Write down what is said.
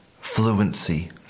fluency